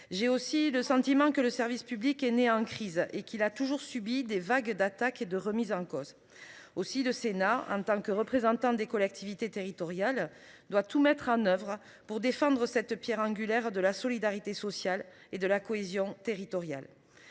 J'ai aussi le sentiment que le service public est né en crise et qu'il a toujours subi des vagues d'attaques et de remise en cause aussi, le Sénat en tant que représentant des collectivités territoriales, doit tout mettre en oeuvre pour défendre cette Pierre angulaire de la solidarité sociale et de la cohésion territoriale.